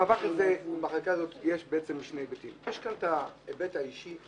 במאבק הזה ובחקיקה הזאת יש שני היבטים: יש כאן את ההיבט האישי,